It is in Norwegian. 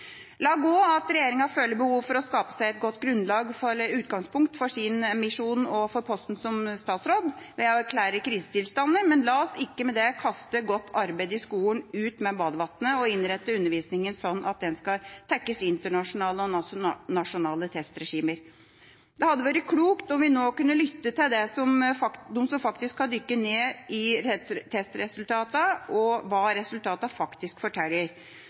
La gå at regjeringa føler behov for å skape seg et godt utgangspunkt for sin misjon – og for posten som statsråd– ved å erklære krisetilstander, men la oss ikke med det kaste godt arbeid i skolen ut med badevannet og innrette undervisningen sånn at den skal tekkes internasjonale og nasjonale testregimer. Det hadde vært klokt om vi nå kunne lytte til dem som faktisk har dykket ned i testresultatene, og til hva resultatene faktisk forteller.